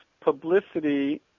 publicity